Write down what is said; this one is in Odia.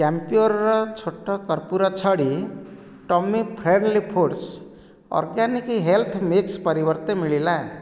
କ୍ୟାମ୍ପ୍ୟୋର୍ର ଛୋଟ କର୍ପୂର ଛଡ଼ି tummy friendly foods organic health mix ପରିବର୍ତ୍ତେ ମିଳିଲା